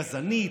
גזענית,